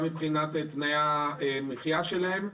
גם מבחינת תנאי המחייה שלהם.